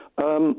yes